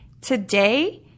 today